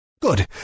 Good